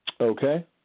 Okay